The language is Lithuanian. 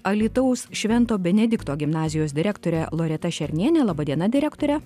alytaus švento benedikto gimnazijos direktore loreta šerniene laba diena direktore